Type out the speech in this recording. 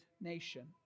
nation